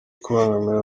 kubangamira